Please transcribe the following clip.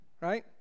Right